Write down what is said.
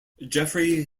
geoffrey